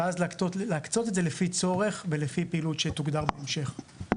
ואז להקצות את זה לפי צורך ולפי פעילות שתוגדר בהמשך.